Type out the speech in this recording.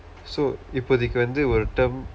so இப்போதைக்கு வந்து ஒரு:ippothaikku vandthu oru term